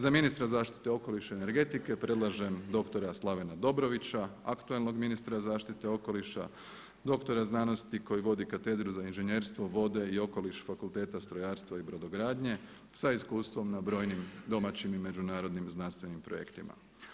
Za ministra zaštite okoliša i energetike predlažem dr. Slavena Dobrovića, aktualnog ministra zaštite okoliša, dr. znanosti koji vodi katedru za inženjerstvo, vode i okoliš Fakulteta strojarstva i brodogradnje sa iskustvom na brojnim domaćim i međunarodnim znanstvenim projektima.